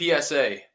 PSA